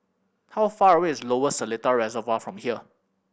how far away is Lower Seletar Reservoir from here